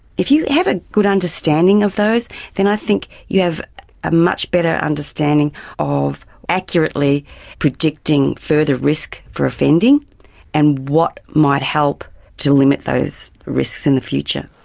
if you have a good understanding of those then i think you have a much better understanding of accurately predicting further risk for offending and what might help to limit those risks in the future.